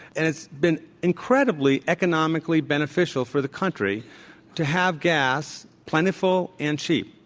and it's been incredibly economically beneficial for the country to have gas plentiful and cheap.